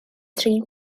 trin